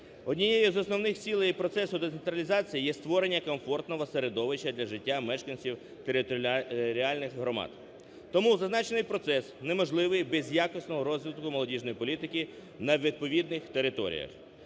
однією з основних цілей і процесу децентралізації є створення комфортного середовища для життя мешканців територіальних громад. Тому зазначений процес неможливий без якісного розвитку молодіжної політики на відповідних територіях.